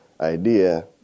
idea